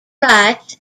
rights